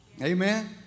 Amen